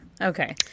Okay